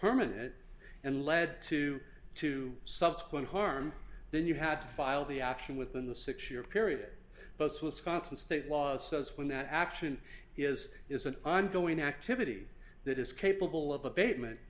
permanent and led to two subsequent harm then you have to file the action within the six year period both wisconsin state laws says when that action is is an ongoing activity that is capable of abatement